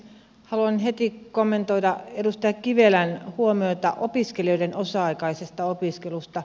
haluan heti kommentoida edustaja kivelän huomiota opiskelijoiden osa aikaisesta opiskelusta